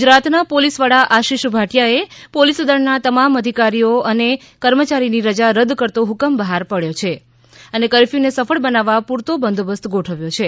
ગુજરાતના પોલીસ વડા આશિષ ભાટીયાએ પોલીસ દળના તમામ અધિકારી અને કર્મચારીની રજા રદ કરતો હકમ બહાર પાડયો છે અને કરફ્યુ ને સફળ બનાવવા પૂરતો બંદોબસ્ત ગોઠવ્યો છે